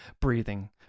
breathing